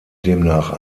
demnach